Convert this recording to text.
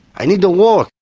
i need to work.